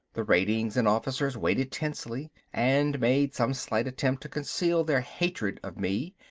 the ratings and officers waited tensely, and made some slight attempt to conceal their hatred of me.